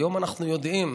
היום אנחנו יודעים,